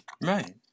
Right